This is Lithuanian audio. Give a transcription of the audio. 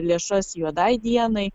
lėšas juodai dienai